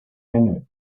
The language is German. kenne